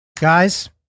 guys